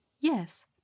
Yes